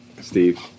Steve